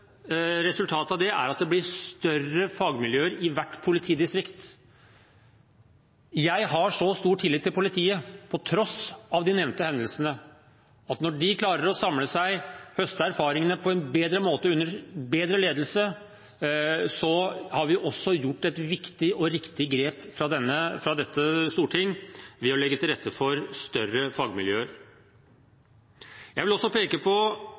resultatet av det er at det blir større fagmiljøer i hvert politidistrikt. Jeg har så stor tillit til politiet, på tross av de nevnte hendelsene, at når de klarer å samle seg, høste erfaringer på en bedre måte under bedre ledelse, har vi gjort et viktig og riktig grep fra dette storting ved å legge til rette for større fagmiljøer. Jeg vil også peke på